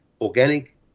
organic